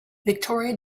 victoria